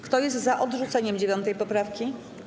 Kto jest za odrzuceniem 9. poprawki?